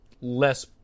less